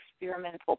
experimental